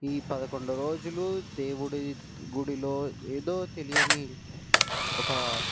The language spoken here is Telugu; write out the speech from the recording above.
ఈ పదకొండు రోజులు దేవుడి గుడిలో ఏదో తెలియని ఒక